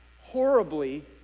horribly